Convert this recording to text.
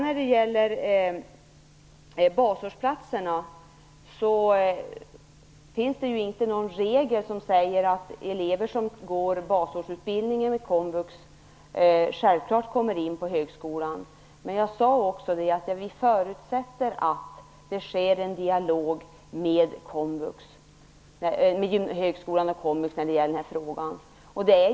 När det gäller basårsplatserna finns det inte någon regel som säger att elever som går basårsutbildningen inom komvux självklart kommer in på högskolan. Men vi förutsätter, som jag sagt, att det sker en dialog mellan högskolan och komvux i den här frågan.